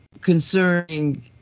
concerning